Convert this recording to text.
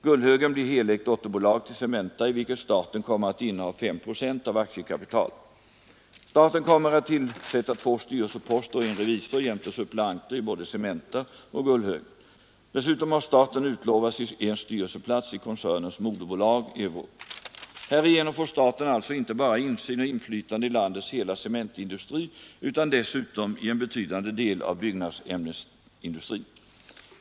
Gullhögen blir helägt dotterbolag till Cementa, i vilket staten kommer att inneha 5 procent av aktiekapitalet. Staten kommer att tillsätta två styrelseposter och en revisor jämte suppleanter i både Cementa och Gullhögen. Dessutom har staten utlovats en styrelseplats i koncernens moderbolag Euroc. Härigenom får staten alltså inte bara insyn och inflytande i landets hela cementindustri utan dessutom i en betydande del av byggnadsämnesindustrin.